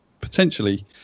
potentially